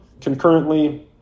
concurrently